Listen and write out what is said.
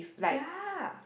ya